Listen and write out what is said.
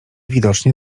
widocznie